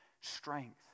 strength